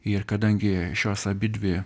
ir kadangi šios abidvi